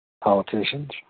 politicians